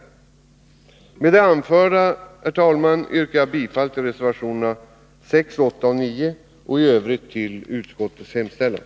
Med det anförda, herr talman, yrkar jag bifall till reservationerna 6, 8 och 9 och i övrigt till utskottets hemställan.